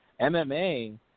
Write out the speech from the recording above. MMA